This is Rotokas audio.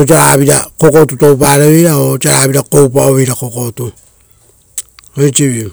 osiaragavira kokotu toupaeveira o osia ragavira koupaoveira kokotu. Eisivi.